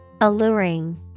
Alluring